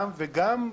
וגם,